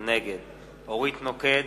נגד אורית נוקד,